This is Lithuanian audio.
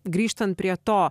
grįžtant prie to